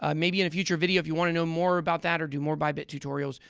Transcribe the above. um maybe in a future video if you want to know more about that or do more bybit tutorials,